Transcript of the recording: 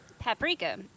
Paprika